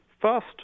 First